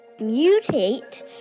mutate